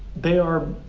they are